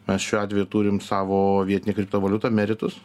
mes šiuo atveju turim savo vietinę kriptovaliutą meritus